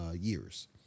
years